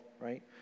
Right